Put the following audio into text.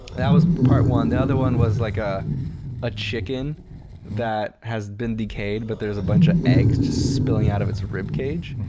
that was part one. the other one was like ah a chicken that has been decayed but there's a bunch of eggs just spilling out of its ribcage.